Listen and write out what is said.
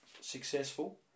successful